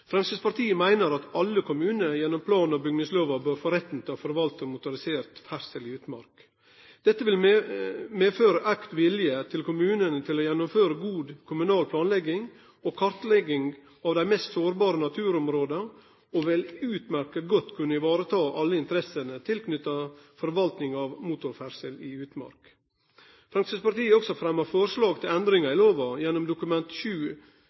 Framstegspartiet meiner at alle kommunar gjennom plan- og bygningslova bør få retten til å forvalte motorisert ferdsel i utmark. Dette vil medføre auka vilje i kommunane til å gjennomføre god kommunal planlegging og kartlegging av dei mest sårbare naturområda, og vil utmerka godt kunne ta vare på alle interessene knytte til forvalting av motorferdsel i utmark. Framstegspartiet har også fremma forslag til endringar i lova gjennom Dokument